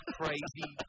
crazy